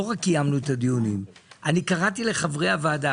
לא רק שקיימנו את הדיונים אלא אני קראתי לחברי הוועדה,